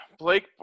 Blake